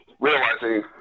realizing